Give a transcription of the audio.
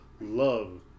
Love